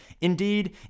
Indeed